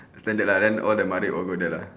standard lah then all the mother all go there lah